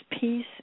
peace